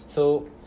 so